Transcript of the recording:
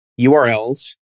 URLs